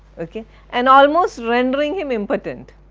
ok and almost rendering him impotent.